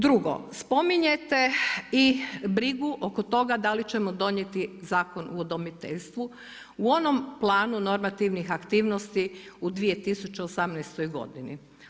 Drugo, spominjete i brigu oko toga da li ćemo donijeti Zakon o udomiteljstvu u onom planu normativnih aktivnosti u 2018. godini.